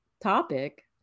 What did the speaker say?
topic